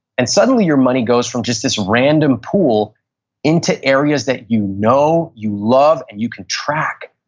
and suddenly your money goes from just this random pool into areas that you know, you love and you can track.